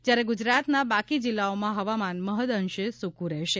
જયારે ગુજરાતના બાકી જિલ્લાઓમાં હવામાન મહદઅંશે સુકું રહેશે